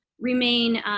remain